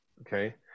Okay